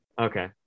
okay